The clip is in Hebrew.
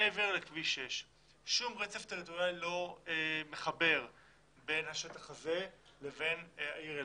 מעבר לכביש 6. שום רצף טריטוריאלי לא מחבר בין השטח הזה לבין העיר אלעד,